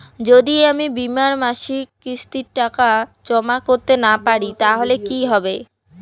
যদি আমি বীমার মাসিক কিস্তির টাকা জমা করতে না পারি তাহলে কি হবে?